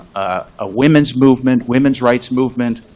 a women's movement, women's rights movement,